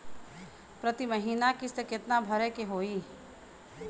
प्रति महीना किस्त कितना भरे के होई?